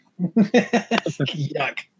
yuck